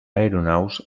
aeronaus